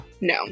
No